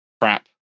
crap